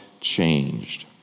changed